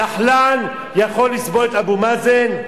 דחלאן יכול לסבול את אבו מאזן?